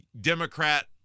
Democrat